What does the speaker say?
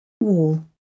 Wall